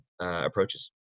approaches